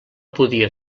podia